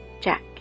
Jack